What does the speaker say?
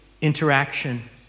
interaction